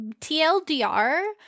TLDR